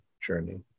journey